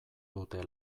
dute